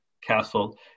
castle